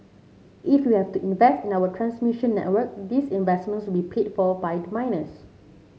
if we have to invest in our transmission network these investments will paid for by the miners